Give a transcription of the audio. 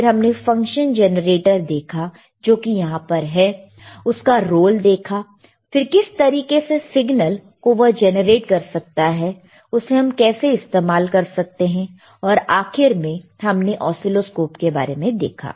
फिर हमने फंक्शन जेनरेटरदेखा जो कि यहां पर है उसका रोल देखा फिर किस तरीके के सिग्नल को वह जनरेट कर सकता है उसे हम कैसे इस्तेमाल कर सकते हैं और आखिर में हमने ऑसीलोस्कोप के बारे में देखा